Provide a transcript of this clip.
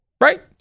right